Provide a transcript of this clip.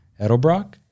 Edelbrock